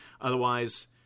Otherwise